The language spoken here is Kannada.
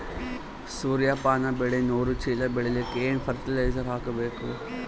ಸೂರ್ಯಪಾನ ಬೆಳಿ ನೂರು ಚೀಳ ಬೆಳೆಲಿಕ ಏನ ಫರಟಿಲೈಜರ ಹಾಕಬೇಕು?